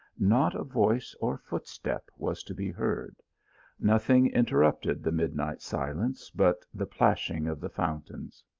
not a voice or footstep was to be heard nothing interrupted the midnight silence but the plashing of the fountains.